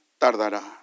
tardará